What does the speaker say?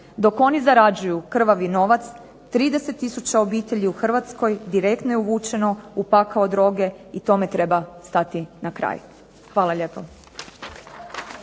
Dok oni zarađuju krvavi novac, 30 tisuća obitelji u Hrvatskoj direktno je uvučeno u pakao droge, i tome treba stati na kraj. Hvala lijepo.